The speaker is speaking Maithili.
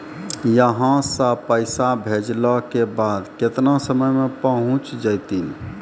यहां सा पैसा भेजलो के बाद केतना समय मे पहुंच जैतीन?